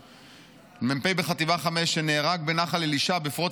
מ"פ בחטיבה 5 שנהרג בנחל אלישע בפרוץ